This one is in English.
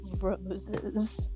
Roses